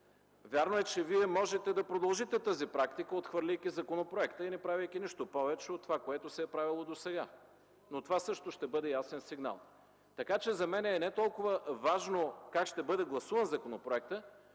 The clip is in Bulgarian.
Вярно е, че Вие можете да продължите тази практика, отхвърляйки законопроекта и не правейки нищо повече от това, което се е правело досега. Това също обаче ще бъде ясен сигнал. Така че за мен е не толкова важно как ще бъде гласуван законопроектът,